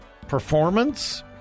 performance